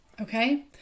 okay